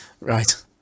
Right